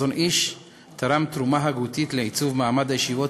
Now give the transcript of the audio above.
החזון אי"ש תרם תרומה הגותית לעיצוב מעמד הישיבות